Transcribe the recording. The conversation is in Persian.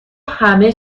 همه